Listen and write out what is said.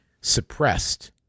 suppressed